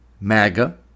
MAGA